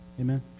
amen